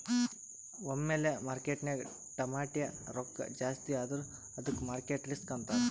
ಒಮ್ಮಿಲೆ ಮಾರ್ಕೆಟ್ನಾಗ್ ಟಮಾಟ್ಯ ರೊಕ್ಕಾ ಜಾಸ್ತಿ ಆದುರ ಅದ್ದುಕ ಮಾರ್ಕೆಟ್ ರಿಸ್ಕ್ ಅಂತಾರ್